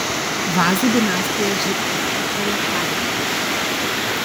vazų dinastijos žečpospolitoje pradininkas